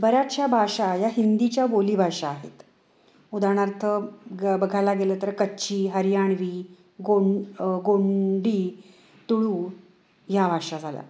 बऱ्याचशा भाषा या हिंदीच्या बोलीभाषा आहेत उदाहरणार्थ बघायला गेलं तर कच्ची हरियाणवी गोंड गोंडी तुळू या भाषा झाल्या